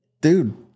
dude